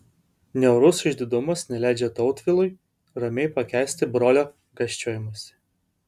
niaurus išdidumas neleidžia tautvilui ramiai pakęsti brolio gąsčiojimosi